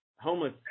homeless